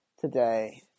today